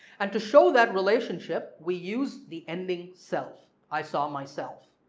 and to show that relationship we use the ending self i saw myself.